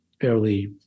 fairly